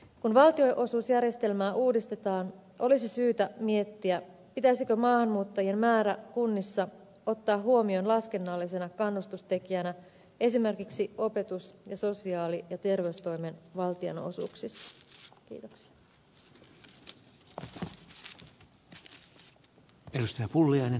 kun valtionosuusjärjestelmää uudistetaan olisi syytä miettiä pitäisikö maahanmuuttajien määrä kunnissa ottaa huomioon laskennallisena kannustustekijänä esimerkiksi opetus ja sosiaali ja terveystoimen valtionosuuksissa